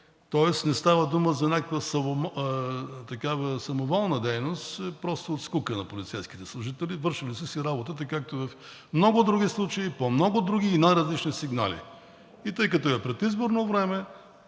Тоест не става дума за някаква самоволна дейност просто от скука на полицейските служители. Те са си вършили работата, както в много други случаи, по други и най-различни сигнали. Тъй като в предизборно време